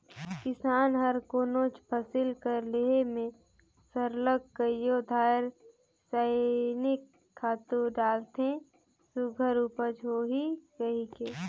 किसान हर कोनोच फसिल कर लेहे में सरलग कइयो धाएर रसइनिक खातू डालथे सुग्घर उपज होही कहिके